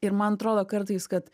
ir man atrodo kartais kad